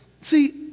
See